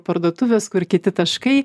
parduotuvės kur kiti taškai